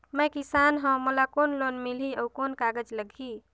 मैं किसान हव मोला कौन लोन मिलही? अउ कौन कागज लगही?